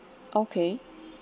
okay